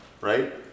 right